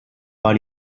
war